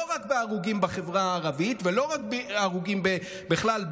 לא רק בהרוגים בחברה הערבית ולא רק בהרוגים בכלל